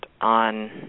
on